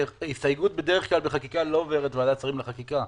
הסתייגות בדרך כלל בחקיקה לא עוברת ועדת שרים לחקיקה.